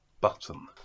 Button